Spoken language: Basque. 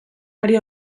ari